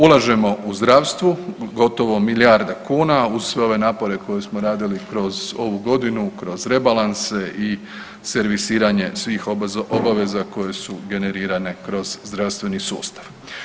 Ulažemo u zdravstvu, gotovo milijarda kuna, uz sve ove napore koje smo radili kroz ovu godinu, kroz rebalanse i servisiranje svih obaveza koje su generirane kroz zdravstveni sustav.